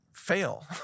Fail